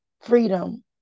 freedom